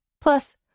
Plus